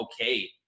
okay